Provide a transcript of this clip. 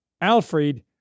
Alfred